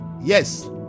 Yes